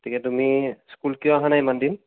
গতিকে তুমি স্কুল কিয় অহা নাই ইমান দিন